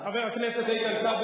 חבר הכנסת איתן כבל,